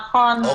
נכון.